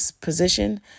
position